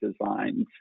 designs